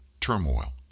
turmoil